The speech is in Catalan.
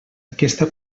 aquesta